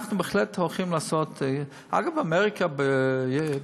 ואנחנו בהחלט הולכים לעשות, אגב, באמריקה בבחירות,